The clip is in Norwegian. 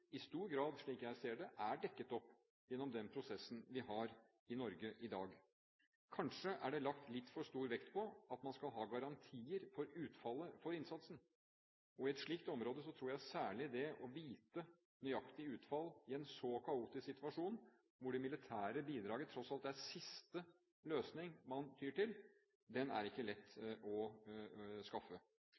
i stor grad – slik jeg ser det – er dekket opp gjennom den prosessen vi har i Norge i dag. Kanskje er det lagt litt for stor vekt på at man skal ha garantier for utfallet av innsatsen. I et slikt område tror jeg særlig viten om det nøyaktige utfall av en så kaotisk situasjon – hvor det militære bidraget tross alt er den siste løsning man tyr til – ikke er lett å skaffe.